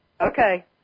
Okay